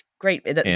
great